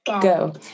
Go